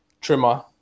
trimmer